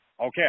okay